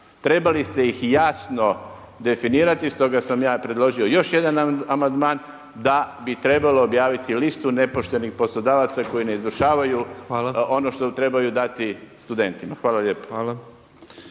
Trebali ste ih jasno definirati stoga sam ja predložio još jedan amandman da bi trebalo objaviti listu nepoštenih poslodavaca koji ne izvršavaju ono što trebaju dati studentima. Hvala lijepo.